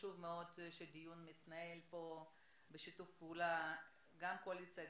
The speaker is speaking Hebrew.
חשוב מאוד שהדיון מתנהל פה בשיתוף פעולה גם קואליציה,